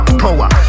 power